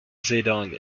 zedong